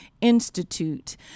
institute